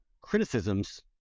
criticisms